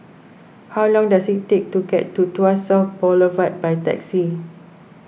how long does it take to get to Tuas South Boulevard by taxi